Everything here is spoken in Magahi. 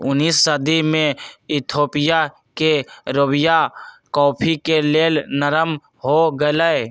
उनइस सदी में इथोपिया के रवैया कॉफ़ी के लेल नरम हो गेलइ